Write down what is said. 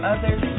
Others